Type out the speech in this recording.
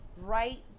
right